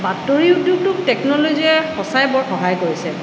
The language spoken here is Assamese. বাতৰি উদ্যোগটোক টেকন'লজীয়ে সচাঁই বৰ সহায় কৰিছে